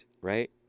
right